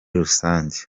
rusange